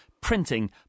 printing